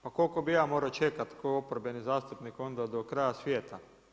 Pa koliko bih ja morao čekati kao oporbeni zastupnik onda do kraja svijeta?